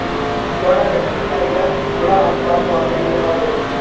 ಡೊಣ್ಣ ಮೆಣಸಿನ ಕಾಯಿಗ ಹುಳ ಹತ್ತ ಬಾರದು ಅಂದರ ಏನ ಮಾಡಬೇಕು?